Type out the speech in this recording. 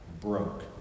broke